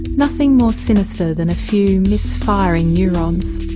nothing more sinister than a few misfiring neurons.